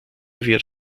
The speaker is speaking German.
wird